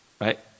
right